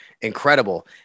incredible